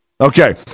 okay